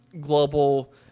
global